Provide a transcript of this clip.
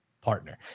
partner